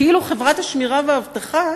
כאילו חברת השמירה והאבטחה,